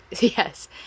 yes